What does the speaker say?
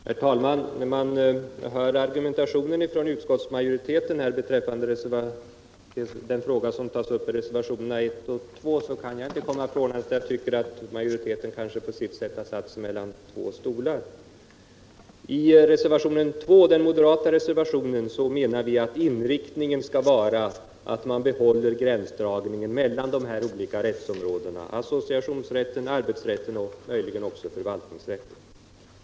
Herr talman! När jag hört herr Gustafssons argumentation beträffande den fråga som tas upp i reservationerna 1 och 2, kan jag inte komma ifrån att utskottets majoritet har satt sig mellan två stolar. I reservationen 2, den moderata reservationen, menar vi att inriktningen skall vara att behålla gränsdragningen mellan de olika rättsområdena, associationsrätten, arbetsrätten och möjligen också förvaltningsrätten.